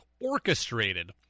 orchestrated